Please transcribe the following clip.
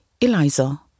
Eliza